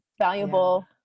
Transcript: valuable